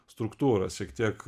struktūras šiek tiek